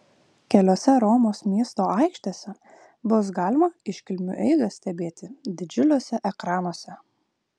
keliose romos miesto aikštėse bus galima iškilmių eigą stebėti didžiuliuose ekranuose